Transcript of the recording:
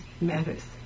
Matters